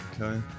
okay